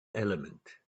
element